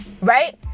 Right